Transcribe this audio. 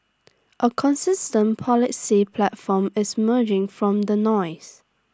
A consistent policy platform is emerging from the noise